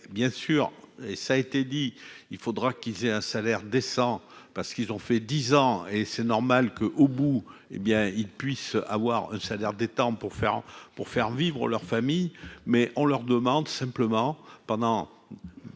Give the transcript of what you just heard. bien sûr et ça a été dit, il faudra qu'ils aient un salaire décent, parce qu'ils ont fait 10 ans et c'est normal que, au bout, hé bien il puisse avoir salaires des pour faire pour faire vivre leur famille mais on leur demande simplement pendant